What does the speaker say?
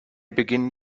begin